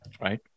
right